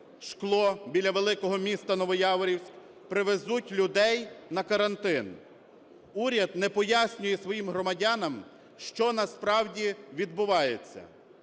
"Шкло" біля великого міста Новояворів, привезуть людей на карантин. Уряд не пояснює своїм громадянам, що насправді відбувається.